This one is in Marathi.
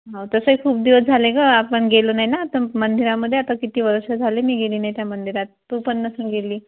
हो तसंही खूप दिवस झाले गं आपण गेलो नाही ना तर मंदिरामध्ये आता किती वर्ष झाली मी गेली नाही त्या मंदिरात तू पण नसेल गेली